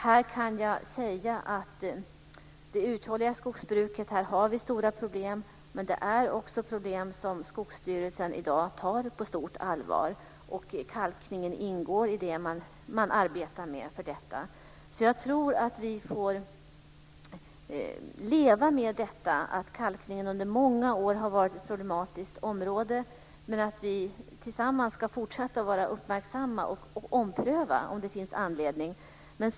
Här kan jag säga att det uthålliga skogsbruket har vi stora problem med. Det är också problem som Skogsstyrelsen i dag tar på stort allvar. Kalkningen ingår i det man arbetar med. Så jag tror att vi får leva med att kalkningen under många år har varit ett problematiskt område men att vi tillsammans ska fortsätta att vara uppmärksamma och ompröva om det finns anledning.